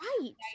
Right